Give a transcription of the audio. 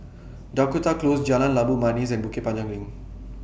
Dakota Close Jalan Labu Manis and Bukit Panjang LINK